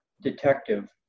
detective